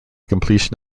completion